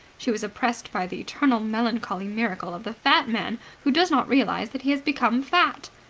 she was oppressed by the eternal melancholy miracle of the fat man who does not realize that he has become fat.